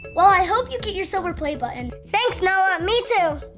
well, i hope you get your silver play button. thanks noah, me too!